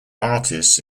artists